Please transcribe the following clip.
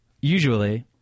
Usually